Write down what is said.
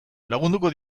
lagunduko